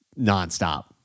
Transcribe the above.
nonstop